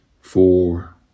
four